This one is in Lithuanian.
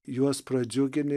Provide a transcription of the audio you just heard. juos pradžiugini